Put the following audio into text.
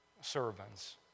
servants